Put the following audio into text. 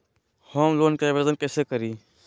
Home loan के आवेदन कैसे करि?